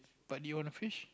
but do you wanna fish